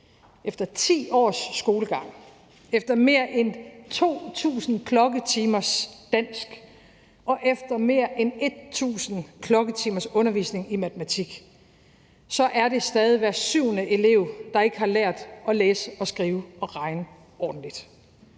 efter 10 års skolegang, efter mere end 2.000 klokketimers dansk og efter mere end 1.000 klokketimers undervisning i matematik – er det stadig hver syvende elev, der ikke har lært at læse og skrive og regne ordentligt.